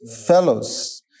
fellows